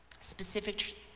specific